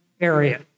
area